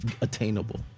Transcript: attainable